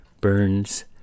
Burns